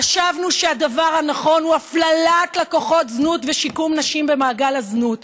חשבנו שהדבר הנכון הוא הפללת לקוחות זנות ושיקום נשים במעגל הזנות.